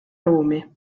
ruumi